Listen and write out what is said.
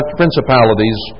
principalities